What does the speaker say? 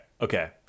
okay